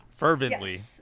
Fervently